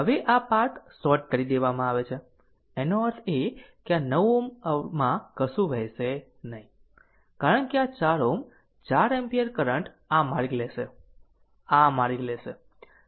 હવે આ path short કરી દેવામાં આવે છે આનો અર્થ એ છે કે આ 9 Ω માં કશું વહેશે નહીં કારણ કે આ 4 Ω 4 એમ્પીયર કરંટ આ માર્ગ લેશે આ માર્ગ લેશે